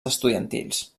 estudiantils